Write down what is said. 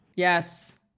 Yes